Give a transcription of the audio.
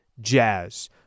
Jazz